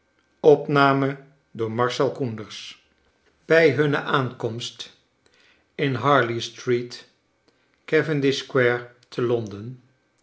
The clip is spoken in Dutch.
bij hunne aankomst in harley street cavendish square te